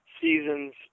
seasons